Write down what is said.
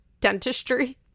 Dentistry